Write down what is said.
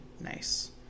nice